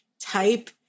type